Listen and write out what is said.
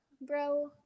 bro